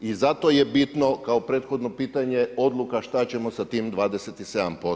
I zato je bitno kao prethodno pitanje odluka šta ćemo sa tim 27%